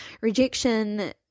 rejection